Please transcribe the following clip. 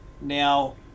now